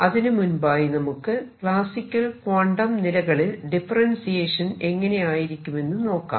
അതിനു മുൻപായി നമുക്ക് ക്ലാസിക്കൽ ക്വാണ്ടം നിലകളിൽ ഡിഫറെൻസിയേഷൻ എങ്ങനെ ആയിരിക്കുമെന്ന് നോക്കാം